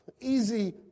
Easy